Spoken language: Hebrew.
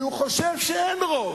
כי הוא חושב שאין רוב,